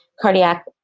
cardiac